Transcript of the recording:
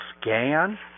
scan